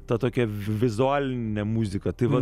ta tokia vizualinė muzika tai va